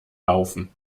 laufen